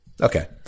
Okay